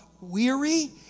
weary